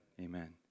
Amen